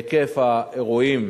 בהיקף האירועים